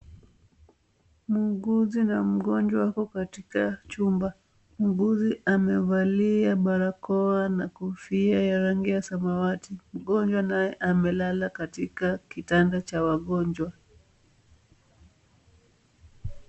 Muuguzi na mgonjwa wako katika chumba. Muuguzi amevalia barakoa na kofia ya rangi ya samawati. Mgonjwa naye amelala katika kitanda cha wagonjwa.